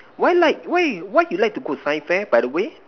why like why why you like to go science fair by the way